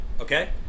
okay